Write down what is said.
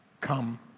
come